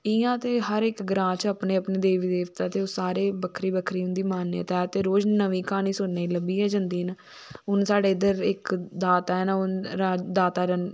इयां ते हर इक ग्रांऽ च अपने अपने देवी देवता ते ओह् सारे बक्खरी बक्खरी उन्दी मान्यता ऐ ते रोज़ नमी कहानी सुननेई लब्भी गै जंदी ऐ हुन साढ़े इध्दर इक दात्ता न दात्ता रण